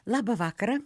labą vakarą